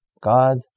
God